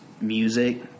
music